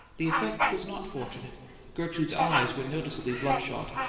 the effect was not fortunate gertrude's eyes were noticeably bloodshot,